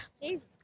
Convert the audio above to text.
Jesus